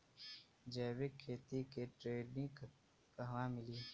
जैविक खेती के ट्रेनिग कहवा मिली?